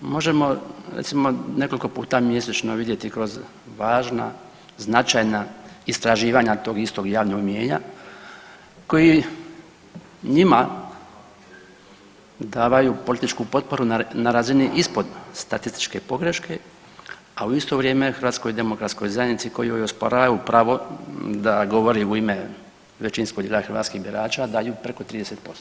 možemo, recimo, nekoliko puta mjesečno vidjeti kroz važna značajna istraživanja tog istog javnog mnijenja koji njima davaju političku potporu na razini ispod statističke pogreške, a u isto vrijeme HDZ-u kojoj osporavaju pravo da govori u ime većinskog dijela hrvatskih birača, daju preko 30%